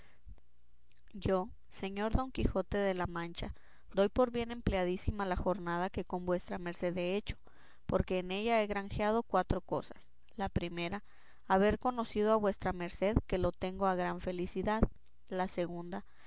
yo señor don quijote de la mancha doy por bien empleadísima la jornada que con vuestra merced he hecho porque en ella he granjeado cuatro cosas la primera haber conocido a vuestra merced que lo tengo a gran felicidad la segunda